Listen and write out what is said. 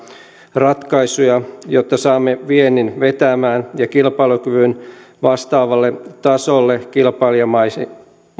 ratkaisuja jotta saamme viennin vetämään ja kilpailukyvyn vastaavalle tasolle kilpailijamaiden